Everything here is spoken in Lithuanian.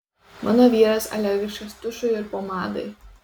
mano vyras alergiškas tušui ir pomadai